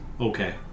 Okay